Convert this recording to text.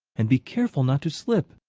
and be careful not to slip!